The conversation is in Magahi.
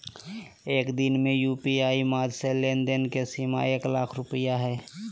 एक दिन में यू.पी.आई माध्यम से लेन देन के सीमा एक लाख रुपया हय